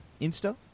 Insta